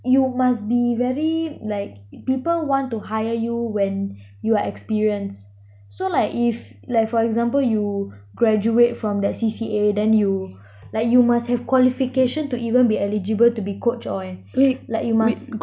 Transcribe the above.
you must be very like people want to hire you when you are experienced so like if like for example you graduate from that C_C_A then you like you must have qualification to even be eligible to be coach all eh like you must